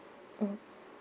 mmhmm